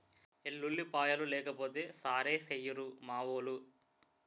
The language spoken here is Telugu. ఎల్లుల్లిపాయలు లేకపోతే సారేసెయ్యిరు మావోలు